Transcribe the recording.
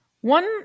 One